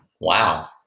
Wow